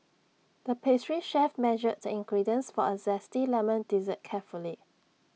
the pastry chef measured the ingredients for A Zesty Lemon Dessert carefully